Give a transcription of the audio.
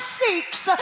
seeks